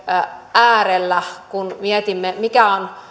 äärellä kun mietimme mikä on